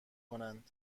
کنند